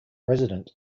resident